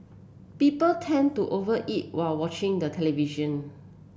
people tend to over eat while watching the television